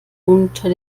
unter